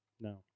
No